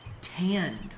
tanned